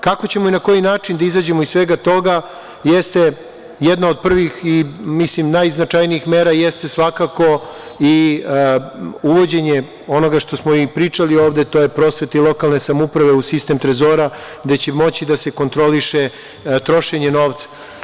Kako ćemo i na koji način da izađemo iz svega toga jeste, jedna od prvih i mislim najznačajnijih mera, svakako i uvođenje onoga što smo i pričali ovde, to je prosveti i lokalne samouprave u sistem trezora, gde će moći da se kontroliše trošenje novca.